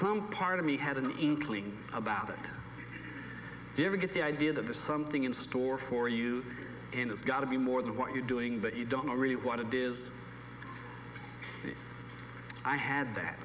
some part of me had an inkling about it do you ever get the idea that there's something in store for you and it's got to be more than what you're doing but you don't know really what it is i had that